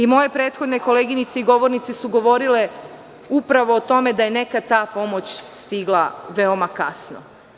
Moje prethodne koleginice i govornici su govorile upravo o tome da je neka ta pomoć stigla veoma kasno.